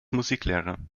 musiklehrer